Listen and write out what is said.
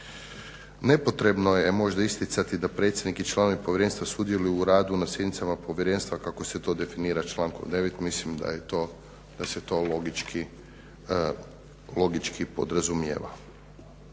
Nepotrebno je možda isticati da predsjednik i članovi povjerenstva sudjeluju u radu na sjednicama povjerenstva kako se to definira člankom 9., mislim da se to logički podrazumijeva.